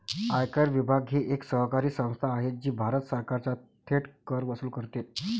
आयकर विभाग ही एक सरकारी संस्था आहे जी भारत सरकारचा थेट कर वसूल करते